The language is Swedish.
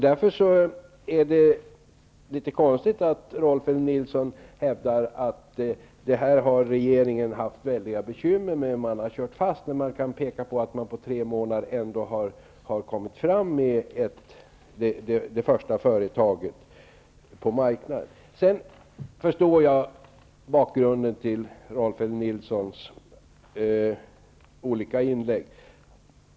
Därför är det konstigt att Rolf L Nilson hävdar att regeringen har haft väldiga bekymmer med det här och har kört fast, när man kan peka på att den på tre månader har kommit fram med det första företaget på marknaden. Jag förstår bakgrunden till Rolf L Nilsons olika inlägg.